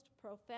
profound